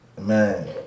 Man